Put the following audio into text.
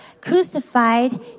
crucified